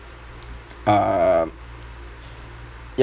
um